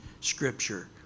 scripture